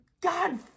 God